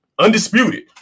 Undisputed